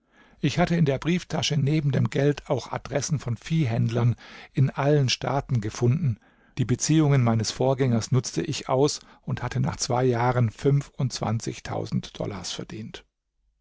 ich hatte in der brieftasche neben dem geld auch adressen von viehhändlern in allen staaten gefunden die beziehungen meines vorgängers nutzte ich aus und hatte nach zwei jahren fünfundzwanzigtausend dollars verdient